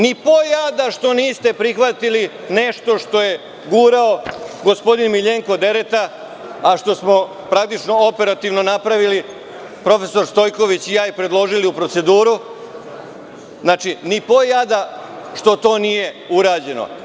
Ni po jada što niste prihvatili nešto je gurao gospodin Miljenko Dereta, a što smo praktično operativno napravili profesor Stojković i ja, i predložili u proceduru, znači, ni po jada što to nije urađeno.